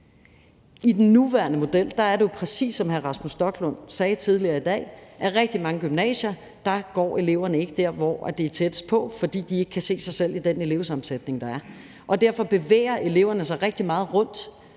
I den nuværende model er det jo præcis sådan, som hr. Rasmus Stoklund sagde tidligere i dag, at rigtig mange gymnasieelever ikke går det sted, der er tættest på, fordi de ikke kan se sig selv i den elevsammensætning, der er der. Og derfor bevæger eleverne i de store byer sig rigtig meget rundt